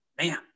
man